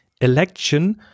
election